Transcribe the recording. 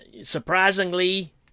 surprisingly